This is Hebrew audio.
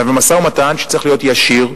משא-ומתן שצריך להיות ישיר,